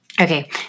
Okay